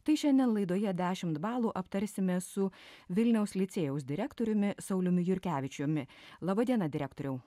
tai šiandien laidoje dešimt balų aptarsime su vilniaus licėjaus direktoriumi sauliumi jurkevičiumi laba diena direktoriau